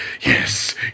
yes